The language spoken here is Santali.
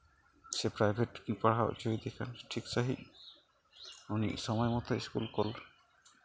ᱥᱮ ᱯᱨᱟᱭᱵᱷᱮᱴ ᱠᱤᱱ ᱯᱟᱲᱦᱟᱣ ᱦᱚᱪᱚᱭᱮ ᱠᱟᱱᱟ ᱴᱷᱤᱠ ᱥᱟᱺᱦᱤᱡ ᱩᱱᱤ ᱥᱚᱢᱚᱭ ᱢᱚᱛᱚᱱ ᱤᱥᱠᱩᱞ ᱠᱩᱞ ᱥᱮ